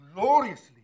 gloriously